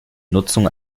nutzung